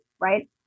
right